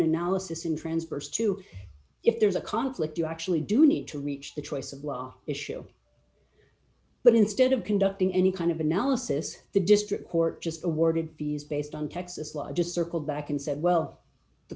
analysis and transverse to if there's a conflict you actually do need to reach the choice of law issue but instead of conducting any kind of analysis the district court just awarded fees based on texas law just circled back and said well the